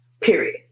Period